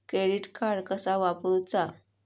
Credit card कसा वापरूचा?